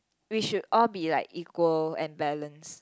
we should all be like equal and balance